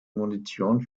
munition